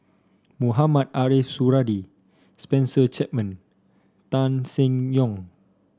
Mohamed Ariff Suradi Spencer Chapman Tan Seng Yong